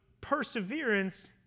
perseverance